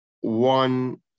one